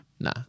Nah